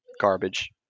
garbage